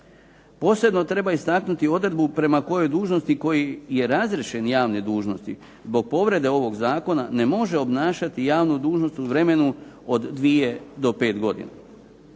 Posebno treba istaknuti odredbu prema kojoj dužnosnik koji je razriješen javne dužnosti zbog povrede ovog zakona ne može obnašati javnu dužnost u vremenu od 2 do 5 godina.